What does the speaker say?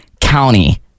county